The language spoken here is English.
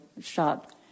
shot